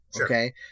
Okay